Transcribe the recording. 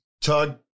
Tug